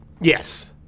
Yes